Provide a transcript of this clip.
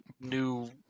new